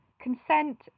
consent